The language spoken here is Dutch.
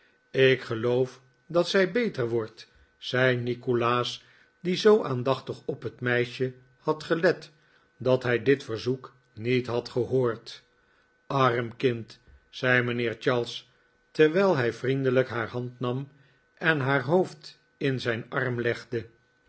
ik geloof dat zij beter wordt zei nikolaas die zoo aandachtig op het meisje had gelet dat hij dit verzoek niet had gehoord arm kind zei mijnheer charles terwijl hij vriendelijk haar hand nam en haar hoofd in zijn arm legde